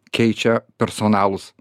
keičia personalūs